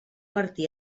martí